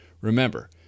Remember